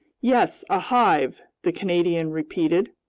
yes, a hive, the canadian repeated,